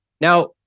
Now